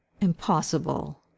Impossible